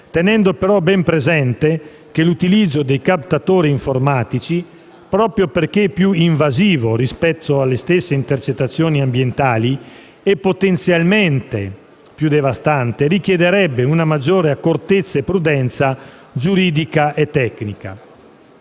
tenendo però ben presente che l'utilizzo dei captatori informatici, proprio perché più invasivo rispetto alle stesse intercettazioni ambientali e potenzialmente più devastante, richiederebbe maggiore accortezza e prudenza giuridica e tecnica.